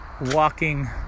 walking